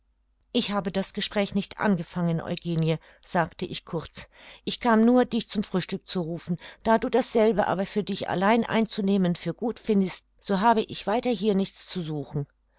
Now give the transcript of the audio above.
ich habe das gespräch nicht angefangen eugenie sagte ich kurz ich kam nur dich zum frühstück zu rufen da du dasselbe aber für dich allein einzunehmen für gut findest so habe ich weiter nichts hier zu suchen